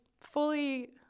fully